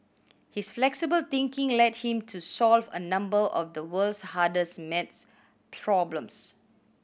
his flexible thinking led him to solve a number of the world's hardest maths problems